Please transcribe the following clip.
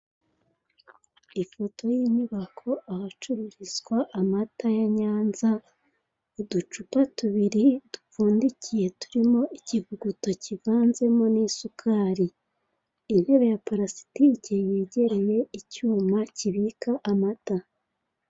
Ifoto yo mu nyubako, ahacururizwa amata ya Nyanza, uducupa tubiri dupfundikiye turimo ikivuguto kivanze mo n'isukari, intebe ya parasitike, yegereye icyuma kibika amata.